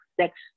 sex